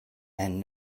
and